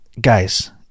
Guys